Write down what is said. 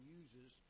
uses